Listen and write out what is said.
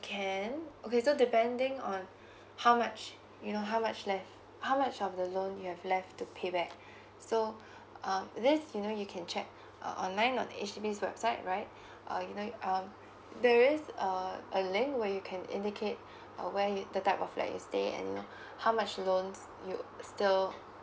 can okay so depending on how much you know how much left how much of the loan you have left to pay back so um this you know you can check uh online on H_D_B website right uh you know um there is uh a lane where you can indicate uh where it the type of flat you stay and lyou know how much loans you still